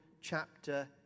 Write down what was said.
chapter